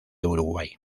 uruguay